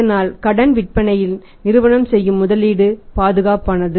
இதனால் கடன் விற்பனையில் நிறுவனம் செய்யும் முதலீடு பாதுகாப்பானது